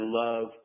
love